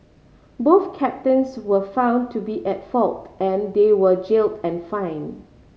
both captains were found to be at fault and they were jailed and fined